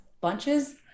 bunches